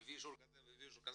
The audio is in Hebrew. מביא אישור כזה ואחר,